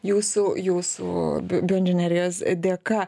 jūsų jūsų bioinžinerijos dėka